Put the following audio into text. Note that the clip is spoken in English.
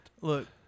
look